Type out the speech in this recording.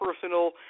personal